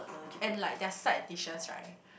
and like their side dishes right